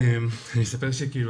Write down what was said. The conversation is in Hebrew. אני אספר שאני כאילו,